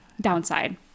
Downside